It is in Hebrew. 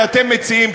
שאתם מציעים,